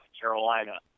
Carolina